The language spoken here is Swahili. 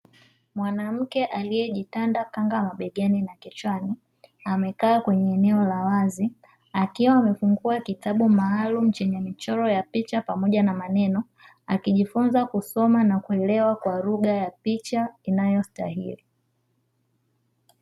Mwanamke aliyejitanda kanga mabegani na kichwani amekaa kwenye eneo la wazi, akiwa amefungua kitabu maalumu chenye michoro ya picha pamoja na maneno, akijifunza kusoma na kuelewa kwa lugha ya picha inayostahili.